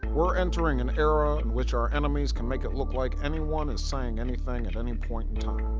we're entering an era in which our enemies can make it look like anyone is saying anything at any point in time.